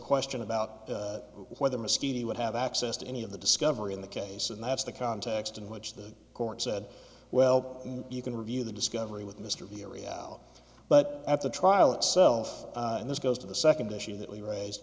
question about whether mosquitoes would have access to any of the discovery in the case and that's the context in which the court said well you can review the discovery with mr b or reality but at the trial itself and this goes to the second issue that we raised